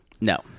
No